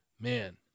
man